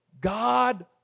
God